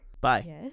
Bye